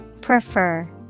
Prefer